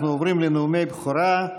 אנחנו עוברים לנאומי בכורה.